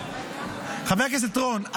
חבר הכנסת רון,